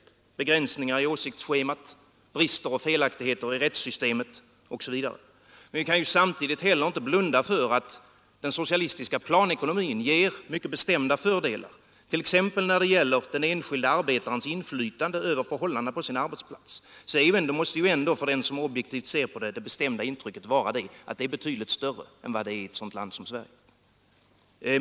Det kan vara begränsningar i åsiktsschemat, brister och felaktigheter i rättssystemet osv. Men vi kan samtidigt inte blunda för att den socialistiska planekonomin ger mycket bestämda fördelar, t.ex. när det gäller den enskilde arbetarens inflytande över förhållandena på sin arbetsplats. För den objektive betraktaren måste ändå det bestämda intrycket vara att detta inflytande är betydligt större än i Sverige.